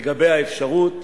לגבי האפשרות